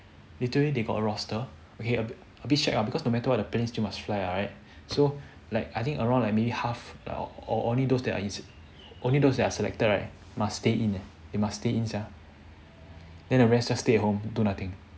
literally they got a roster okay a bit shag ah because no matter what happens the plane still must fly ya right so like I think around maybe half or or only those only those that are selected right must stay in eh they must stay in sia then the rest just stay at home do nothing